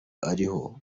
ariho